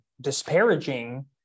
disparaging